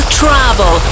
travel